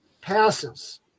passes